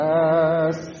Yes